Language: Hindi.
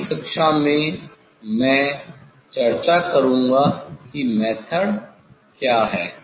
अगली कक्षा में मैं चर्चा करूँगा कि मेथड क्या है